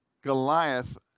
Goliath